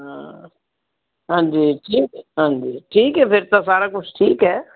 ਹਾਂ ਹਾਂਜੀ ਹਾਂਜੀ ਠੀਕ ਹੈ ਫਿਰ ਤਾਂ ਸਾਰਾ ਕੁਛ ਠੀਕ ਹੈ